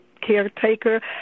caretaker